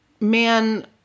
Man